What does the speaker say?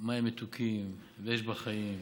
מים מתוקים, ויש בה חיים